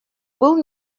был